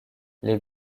les